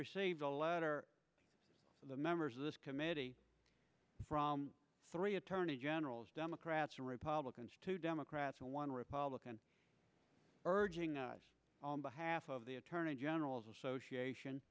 received a letter to the members of this committee from three attorney generals democrats and republicans two democrats and one republican urging behalf of the attorney general's association